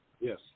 Yes